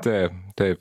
taip taip